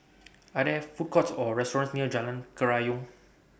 Are There Food Courts Or restaurants near Jalan Kerayong